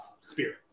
spirit